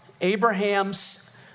Abraham's